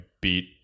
beat